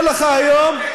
אם אני אומר לך היום,